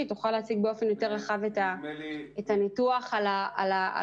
תוכל להציג באופן רחב את הניתוח על החברות.